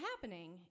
happening